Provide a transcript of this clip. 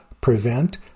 prevent